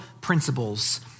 principles